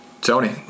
Tony